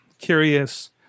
curious